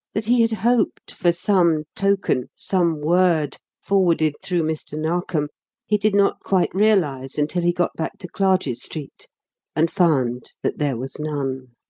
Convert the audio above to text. that he had hoped for some token, some word forwarded through mr. narkom he did not quite realise until he got back to clarges street and found that there was none.